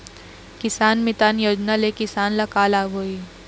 किसान मितान योजना ले किसान ल का लाभ होही?